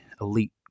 elite